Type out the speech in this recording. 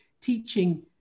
teaching